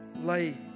lay